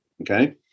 Okay